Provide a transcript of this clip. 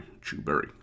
Chewberry